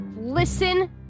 listen